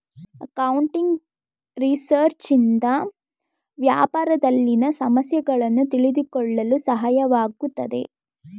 accounting research ಇಂದ ವ್ಯಾಪಾರದಲ್ಲಿನ ಸಮಸ್ಯೆಗಳನ್ನು ತಿಳಿದುಕೊಳ್ಳಲು ಸಹಾಯವಾಗುತ್ತದೆ